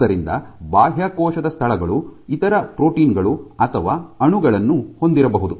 ಆದ್ದರಿಂದ ಬಾಹ್ಯಕೋಶದ ಸ್ಥಳಗಳು ಇತರ ಪ್ರೋಟೀನ್ ಗಳು ಅಥವಾ ಅಣುಗಳನ್ನು ಹೊಂದಿರಬಹುದು